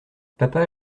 papa